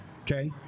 okay